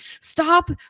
stop